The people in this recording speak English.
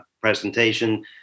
presentation